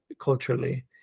culturally